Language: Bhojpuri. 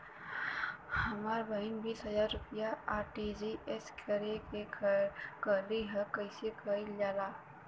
हमर बहिन बीस हजार रुपया आर.टी.जी.एस करे के कहली ह कईसे कईल जाला?